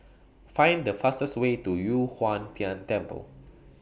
Find The fastest Way to Yu Huang Tian Temple